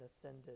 ascended